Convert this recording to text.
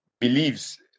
believes